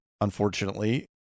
unfortunately